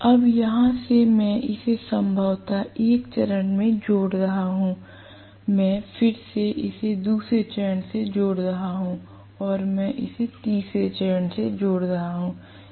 अब यहां से मैं इसे संभवतः एक चरण में जोड़ रहा हूं मैं फिर से इसे दूसरे चरण से जोड़ रहा हूं और मैं इसे तीसरे चरण से जोड़ रहा हूं